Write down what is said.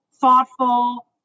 thoughtful